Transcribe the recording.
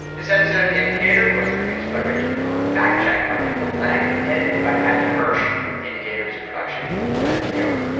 this episode of the indicator was produced by rachel cohn, fact-checked by emily lang and edited by paddy hirsch. the indicator is a production of npr